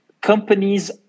companies